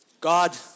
God